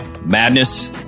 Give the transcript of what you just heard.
madness